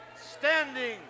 standing